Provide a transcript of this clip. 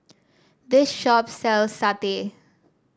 this shop sells satay